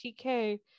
tk